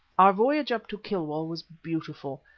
our voyage up to kilwa was beautiful,